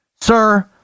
Sir